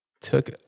took